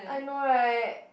I know right